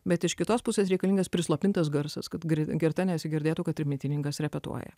bet iš kitos pusės reikalingas prislopintas garsas kad greta nesigirdėtų kad trimitininkas repetuoja